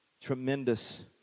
tremendous